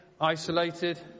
isolated